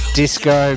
disco